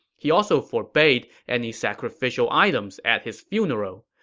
he also forbade any sacrificial items at his funeral.